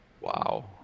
wow